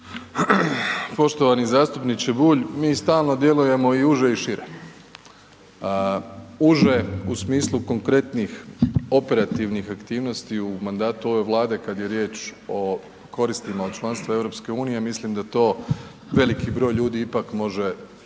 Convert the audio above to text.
Poštovani zastupniče Bulj. Mi stalno djelujemo i uže i šire. Uže u smislu konkretnih operativnih aktivnosti u mandatu ove vlade kada je riječ o koristima od članstva EU mislim da to veliki broj ipak može